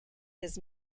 his